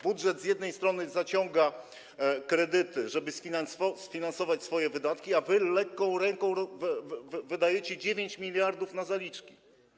Budżet z jednej strony zaciąga kredyty, żeby sfinansować swoje wydatki, a wy lekką ręką wydajecie 9 mld na zaliczki.